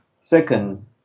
Second